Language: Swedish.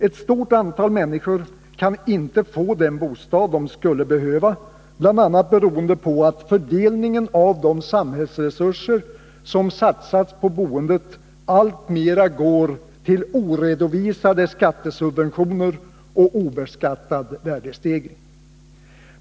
Ett stort antal människor kan inte få den bostad de skulle behöva, bl.a. beroende på att fördelningen av de samhällsresurser som satsas på boendet alltmer går till oredovisade skattesubventioner och obeskattad värdestegring.